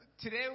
Today